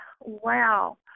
wow